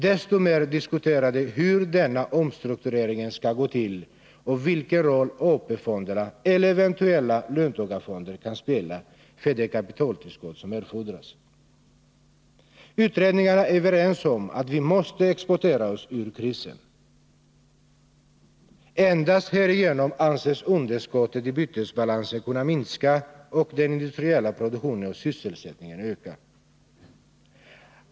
Desto mer diskuterar de hur denna omstrukturering skall gå till och vilken roll AP-fonder eller eventuella löntagarfonder kan spela för det kapitaltillskott som erfordras. Utredningarna är överens om att vi måste exportera oss ur krisen. Endast härigenom anses underskottet i bytesbalansen kunna minska och den industriella produktionen och sysselsättningen öka.